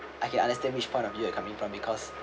I can understand which point of view you're coming from because